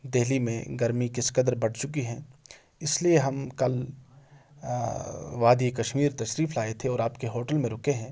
دہلی میں گرمی کس قدر بڑھ چکی ہیں اس لیے ہم کل وادیِٔ کشمیر تشریف لائے تھے اور آپ کے ہوٹل میں رکے ہیں